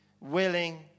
willing